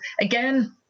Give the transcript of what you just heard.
again